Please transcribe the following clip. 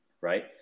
Right